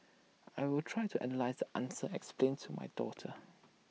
I will try to analyse the answers explain to my daughter